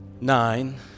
nine